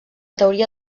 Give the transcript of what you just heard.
teoria